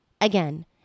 Again